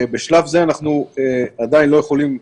בשלב זה אנחנו עדיין לא יכולים,